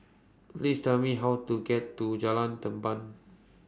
Please Tell Me How to get to Jalan Tamban